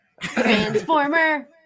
Transformer